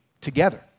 together